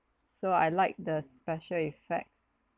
so I like the special effects